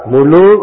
Mulu